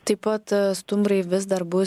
taip pat stumbrai vis dar bus